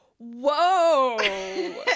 Whoa